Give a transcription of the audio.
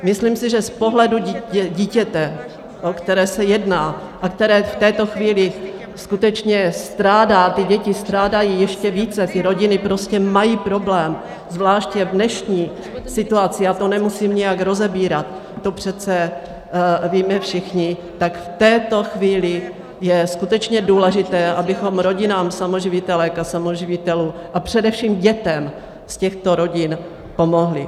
Myslím si, že z pohledu dítěte, o které se jedná a které v této chvíli skutečně strádá, a ty děti strádají ještě více, ty rodiny prostě mají problém, zvláště v dnešní situaci, a to nemusím nijak rozebírat, to přece víme všichni, tak v této chvíli je skutečně důležité, abychom rodinám samoživitelek a samoživitelů a především dětem z těchto rodin pomohli.